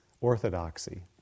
orthodoxy